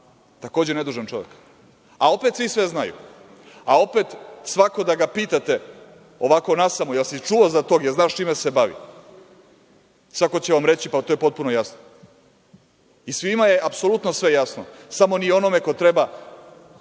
takođe, nedužan čovek, a opet svi sve znaju? Opet svako da ga pitate ovako nasamo – da li si čuo za tog, da li znaš sa čime se bavi, svako će vam reći – pa to je potpuno jasno. Svima je apsolutno sve jasno, samo nije onome ko treba